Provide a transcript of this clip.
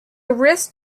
wrist